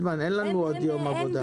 אין לנו עוד יום עבודה.